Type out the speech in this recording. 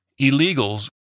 illegals